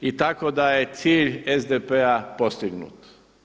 I tako da je cilj SDP-a postignut.